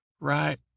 right